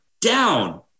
down